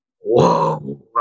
whoa